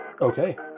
Okay